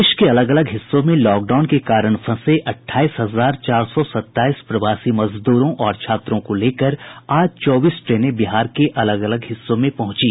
देश के अलग अलग हिस्सों में लॉकडाउन के कारण फंसे अठाईस हजार चार सौ सताईस प्रवासी मजदूरों और छात्रों को लेकर आज चौबीस ट्रेनें बिहार के अलग अलग हिस्सों में पहुंची